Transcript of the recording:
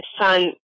son